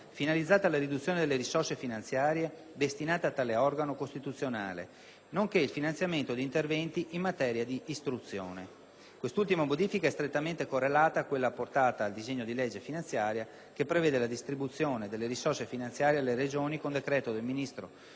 finalizzata alla riduzione delle risorse finanziarie destinate a tale organo costituzionale, nonché il finanziamento di interventi in materia di istruzione. Quest'ultima modifica è strettamente correlata a quella apportata al disegno di legge finanziaria che prevede la distribuzione delle risorse finanziarie alle Regioni con decreto del Ministro